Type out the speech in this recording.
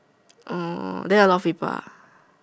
oh then a lot of people ah